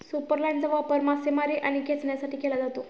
सुपरलाइनचा वापर मासेमारी आणि खेचण्यासाठी केला जातो